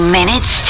Minutes